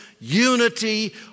unity